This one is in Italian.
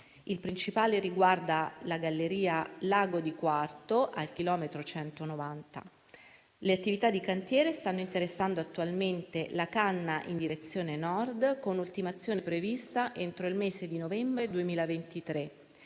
Il principale riguarda la galleria lago di Quarto al chilometro 190. Le attività di cantiere stanno interessando attualmente la canna in direzione Nord, con ultimazione prevista entro il mese di novembre 2023